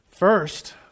First